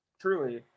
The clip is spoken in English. Truly